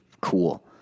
cool